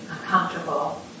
uncomfortable